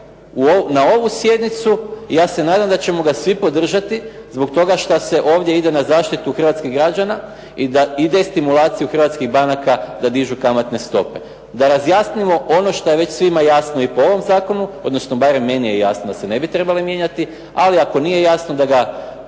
na ovu sjednicu i ja se nadam da ćemo ga svi podržati zbog toga što se ovdje ide na zaštitu hrvatskih građana i destimulaciju hrvatskih banaka da dižu kamatne stope. Da razjasnimo ono što je već svima jasno i po ovom zakonu, odnosno barem meni je jasno da se ne bi trebali mijenjati ali ako nije jasno da ga